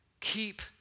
keep